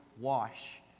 Wash